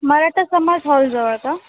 मराठा समाज हॉलजवळ का